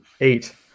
Eight